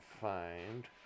find